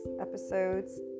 Episodes